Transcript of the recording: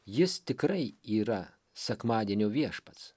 jis tikrai yra sekmadienio viešpats